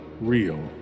real